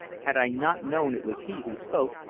had i not known it was he who spoke,